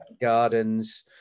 Gardens